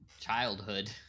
childhood